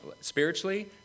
spiritually